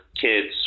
kids